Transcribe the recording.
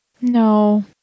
No